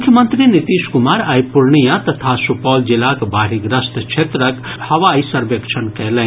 मुख्यमंत्री नीतीश कुमार आइ पूर्णिया तथा सुपौल जिलाक बाढ़िग्रस्त क्षेत्रक हवाई सर्वेक्षण कयलनि